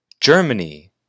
Germany